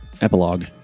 Epilogue